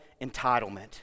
entitlement